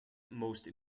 most